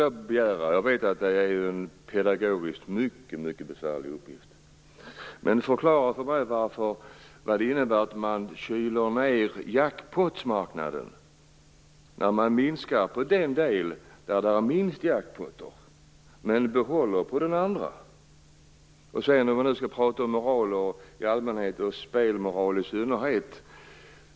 Jag vet att det är en pedagogiskt mycket besvärlig uppgift, men jag begär av finansministern att han förklarar för mig hur man kyler ned jackpotmarknaden när man minskar den del där det finns minst jackpoter, men behåller den andra. Vi pratar om moral i allmänhet och spelmoral i synnerhet.